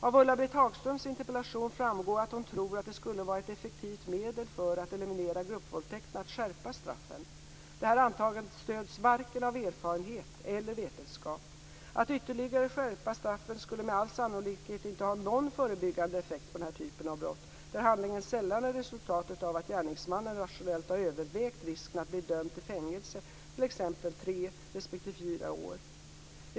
Av Ulla Britt Hagströms interpellation framgår att hon tror att det skulle vara ett effektivt medel för att eliminera gruppvåldtäkterna att skärpa straffen. Detta antagande stöds varken av erfarenhet eller vetenskap. Att ytterligare skärpa straffen skulle med all sannolikhet inte ha någon förebyggande effekt på denna typ av brott där handlingen sällan är resultatet av att gärningsmannen rationellt har övervägt risken att bli dömd till fängelse i t.ex. tre respektive fyra år.